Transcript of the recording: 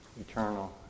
eternal